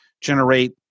generate